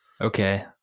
Okay